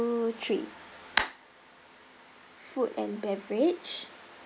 three food and beverage